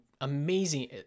amazing